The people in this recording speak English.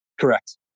Correct